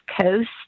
coast